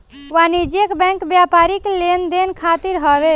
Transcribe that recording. वाणिज्यिक बैंक व्यापारिक लेन देन खातिर हवे